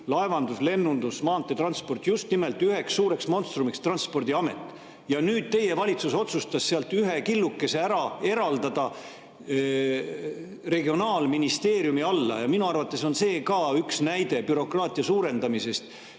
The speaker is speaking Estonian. laevandus, lennundus, maanteetransport – just nimelt üheks suureks monstrumiks [nimega] Transpordiamet. Ja nüüd teie valitsus otsustas sealt ühe killukese ära eraldada regionaalministeeriumi alla. Minu arvates on see ka üks näide bürokraatia suurendamisest